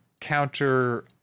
counter